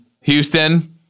Houston